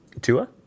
Tua